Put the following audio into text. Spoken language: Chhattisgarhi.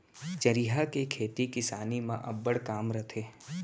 चरिहा के खेती किसानी म अब्बड़ काम रथे